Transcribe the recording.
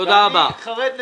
אני חרד ל"סינרג'י"